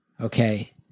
Okay